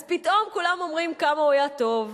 אז פתאום כולם אומרים כמה הוא היה טוב.